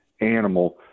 animal